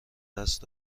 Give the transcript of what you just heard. دست